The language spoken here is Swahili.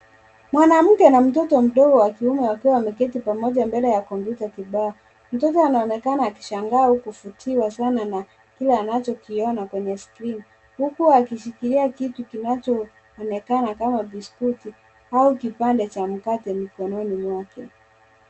Mwanamke na mtoto mdogo wa kiume wakiwa wameketi pamoja mbele ya kompyuta kibao. Mtoto anaonekana akishangaa au kuvutiwa sana na kile anachokiona kwenye skrini huku akishikilia kitu kinachoonekana kama biskuti au kipande cha mkate mkononi mwake.